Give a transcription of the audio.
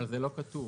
אבל זה לא כתוב.